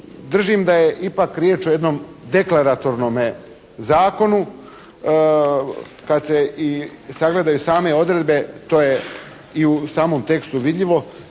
držim da je ipak riječ o jednom deklaratornome Zakonu. Kad se i sagledaju same odredbe to je i u samom tekstu vidljivo,